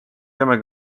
peame